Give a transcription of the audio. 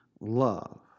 love